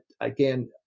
again